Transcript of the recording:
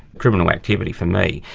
criminal activity for me,